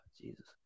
Jesus